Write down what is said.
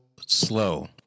slow